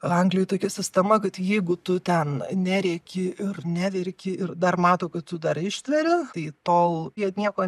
anglijoj tokia sistema kad jeigu tu ten nerėki ir neverki ir dar mato kad tu dar ištveri tai tol jie nieko